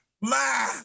Ma